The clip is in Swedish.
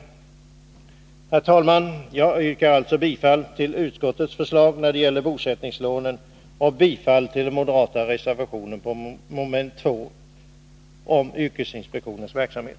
Herr talman! Jag yrkar alltså bifall till utskottets förslag när det gäller bosättningslånen och bifall till den moderata reservationen under moment 2 om yrkesinspektionens verksamhet.